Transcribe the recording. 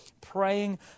praying